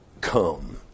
come